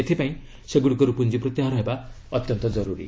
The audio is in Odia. ଏଥିପାଇଁ ସେଗୁଡ଼ିକରୁ ପୁଞ୍ଜି ପ୍ରତ୍ୟାହାର ହେବା ଜରୁରୀ